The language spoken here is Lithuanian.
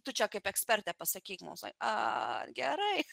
tu čia kaip ekspertė pasakyk mums gerai